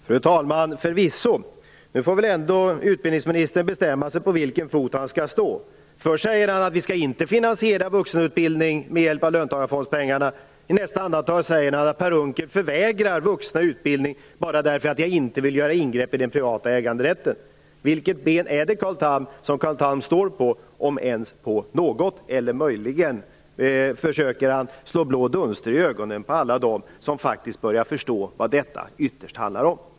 Fru talman! Förvisso är det så. Nu får väl ändå utbildningsministern bestämma sig vilken fot han skall stå på. Först säger han att vi inte skall finansiera vuxenutbildning med löntagarfondsmedel. I nästa andetag säger han att jag förvägrar vuxna utbildning bara därför att jag inte vill göra ingrepp i den privata äganderätten. Vilket ben är det som Carl Tham skall stå på, om ens på något? Möjligen försöker han slå blå dunster i ögonen på alla dem som faktiskt börjar förstå vad detta ytterst handlar om.